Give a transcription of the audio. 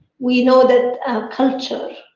we know that culture,